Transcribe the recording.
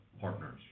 partners